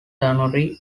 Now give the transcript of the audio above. tannery